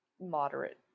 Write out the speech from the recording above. moderate